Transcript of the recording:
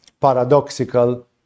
paradoxical